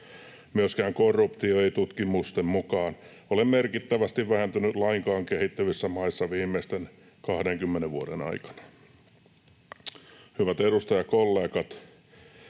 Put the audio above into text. Myöskään korruptio ei tutkimusten mukaan ole merkittävästi vähentynyt lainkaan kehittyvissä maissa viimeisten 20 vuoden aikana. Hyvät edustajakollegat!